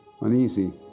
uneasy